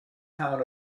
town